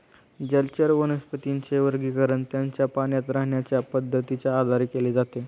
जलचर वनस्पतींचे वर्गीकरण त्यांच्या पाण्यात राहण्याच्या पद्धतीच्या आधारे केले जाते